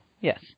yes